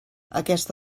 aquest